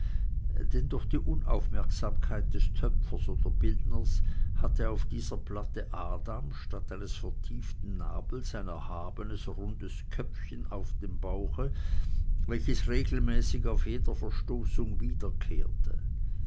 denn durch die unaufmerksamkeit des töpfers oder bildners hatte auf dieser platte adam statt eines vertieften nabels ein erhabenes rundes knöpfchen auf dem bauche welches regelmäßig auf jeder verstoßung wiederkehrte